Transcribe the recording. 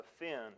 offend